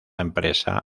empresa